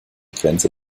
grenze